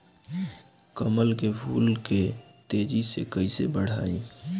कमल के फूल के तेजी से कइसे बढ़ाई?